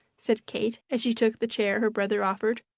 said kate as she took the chair her brother offered,